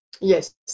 Yes